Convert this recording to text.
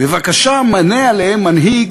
בבקשה מנה עליהם מנהיג